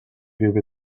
give